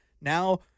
Now